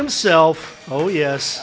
himself oh yes